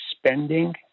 spending